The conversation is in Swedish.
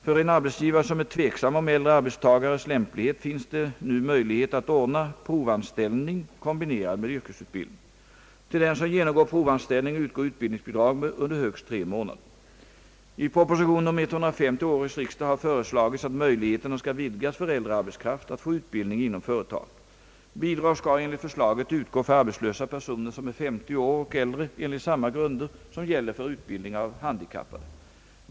För en arbetsgivare som är tveksam om äldre arbetstagares lämplighet finns det nu möjlighet att ordna provanställning kombinerad med yrkesutbildning. Till den som genomgår provanställning utgår utbildningsbidrag under högst tre månader. I proposition nr 1035 till årets riksdag har föreslagits att möjligheterna skall vidgas för äldre arbetskraft att få utbildning inom företag. Bidrag skall enligt förslaget utgå för arbetslösa personer som är 50 år och äldre enligt samma grunder som gäller för utbildning av handikappade.